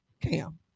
Cam